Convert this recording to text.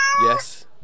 Yes